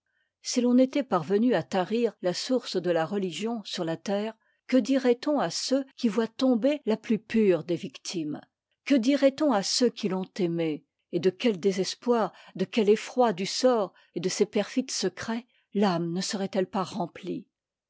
si l'on était parvenu à tarir la source de la religion sur la terre que dirait-on à ceux qui voient tomber la plus pure des victimes que dirait-on à ceux qui l'ont aimée et de quel désespoir de quel effroi du sort et de ses perfides secrets l'âme ne serait-elle pas remplie